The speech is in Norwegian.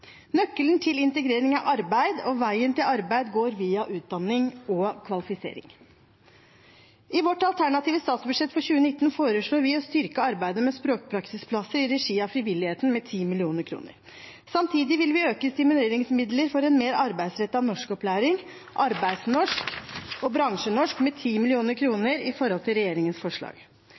Nøkkelen til integrering er arbeid, og veien til arbeid går via utdanning og kvalifisering. I vårt alternative statsbudsjett for 2019 foreslår vi å styrke arbeidet med språkpraksisplasser i regi av frivilligheten med 10 mill. kr. Samtidig vil vi øke stimuleringsmidlene for en mer arbeidsrettet norskopplæring, arbeidsnorsk og bransjenorsk, med 10 mill. kr i forhold til regjeringens forslag.